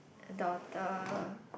adopted